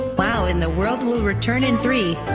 wow in the world will return in three,